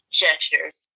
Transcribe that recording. gestures